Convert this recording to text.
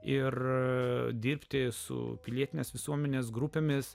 ir dirbti su pilietinės visuomenės grupėmis